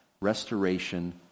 restoration